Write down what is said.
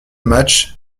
match